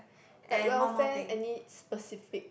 like welfare any specific